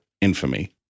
infamy